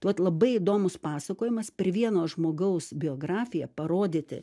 tai vat labai įdomus pasakojimas per vieno žmogaus biografiją parodyti